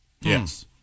Yes